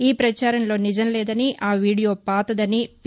ఈ ప్రచారంలో నిజం లేదని ఆ వీడియో పాతది అనీ పి